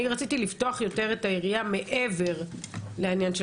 אני רציתי לפתוח יותר את היריעה מעבר לעניין של